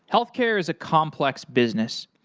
healthcare is a complex business.